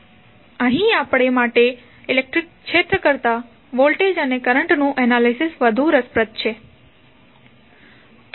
અહીં આપણા માટે ઇલેક્ટ્રિક ક્ષેત્ર કરતાં વોલ્ટેજ અને કરંટનુ એનાલિસિસ વધુ રસપ્રદ છે